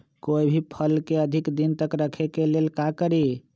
कोई भी फल के अधिक दिन तक रखे के लेल का करी?